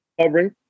covering